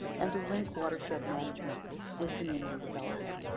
and to link watershed management with community development.